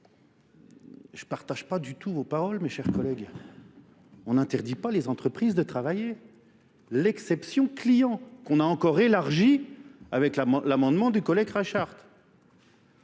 je ne partage pas du tout vos paroles, mes chers collègues. On n'interdit pas les entreprises de travailler l'exception client qu'on a encore élargie avec l'amendement du collègue Reichardt.